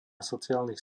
sociálnych